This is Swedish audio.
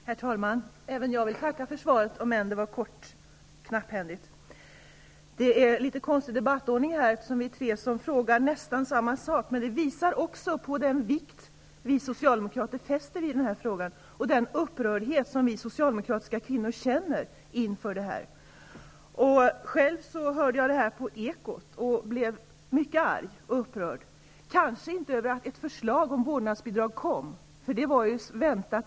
Herr talman! Även jag vill tacka för svaret, om än det var kort och knapphändigt. Det är en litet konstig debattordning, eftersom vi är tre som frågar nästan samma sak. Men det visar också på den vikt vi socialdemokrater fäster vid denna fråga och den upprördhet vi socialdemokratiska kvinnor känner inför detta. Själv hörde jag detta på Ekot och blev mycket arg och upprörd. Det var kanske inte därför att ett förslag om vårdnadsbidrg kom, för det var ju väntat.